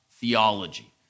theology